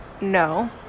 no